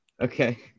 Okay